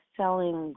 selling